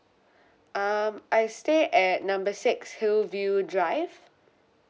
um I stay at number six hillview drive